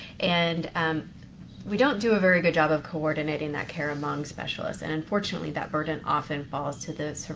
and um we don't do a very good job of coordinating that care among specialists. and unfortunately, that burden often falls to those,